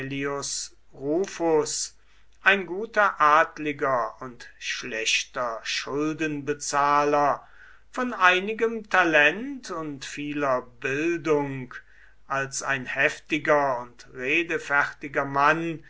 ein guter adliger und schlechter schuldenbezahler von einigem talent und vieler bildung als ein heftiger und redefertiger mann